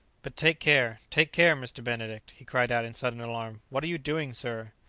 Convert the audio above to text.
but take care, take care, mr. benedict! he cried out in sudden alarm what are you doing, sir?